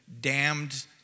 damned